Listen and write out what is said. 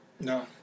No